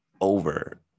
over